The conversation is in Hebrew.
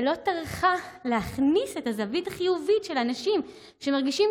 ולא טרחה להכניס את הזווית החיובית של אנשים שמרגישים